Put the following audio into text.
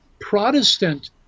Protestant